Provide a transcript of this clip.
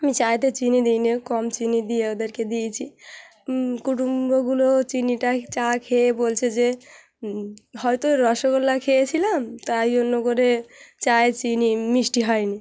আমি চায়েতে চিনি দিইনি কম চিনি দিয়ে ওদেরকে দিয়েছি কুটুম্বগুলো চিনিটায় চা খেয়ে বলছে যে হয়তো রসগোল্লা খেয়েছিলাম তাই জন্য করে চায়ে চিনি মিষ্টি হয়নি